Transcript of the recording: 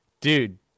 dude